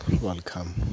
Welcome